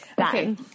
Okay